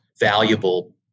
valuable